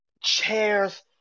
chairs